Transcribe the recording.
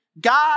God